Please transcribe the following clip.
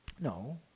No